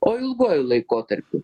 o ilguoju laikotarpiu